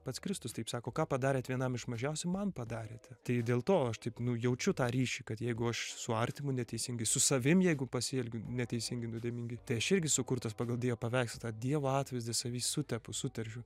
pats kristus taip sako ką padarėt vienam iš mažiausių man padarėte tai dėl to aš taip nu jaučiu tą ryšį kad jeigu aš su artimu neteisingai su savim jeigu pasielgiu neteisingai nuodėmingai tai aš irgi sukurtas pagal dievo paveikslą tą dievo atvaizdą savy sutepu suteršiu